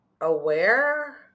aware